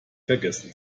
vergessen